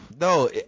No